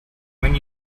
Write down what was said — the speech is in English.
when